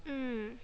mm